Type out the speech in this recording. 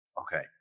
okay